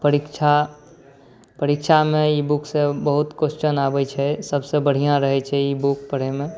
परीक्षामे ई बुक सॅं बहुत कोश्चन आबै छै सबसँ बढ़िऑं रहै छै ई बुक पढैमे